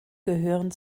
gehören